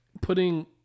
putting